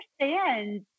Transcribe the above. understand